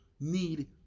need